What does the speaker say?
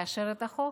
לאשר את החוק.